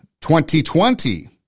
2020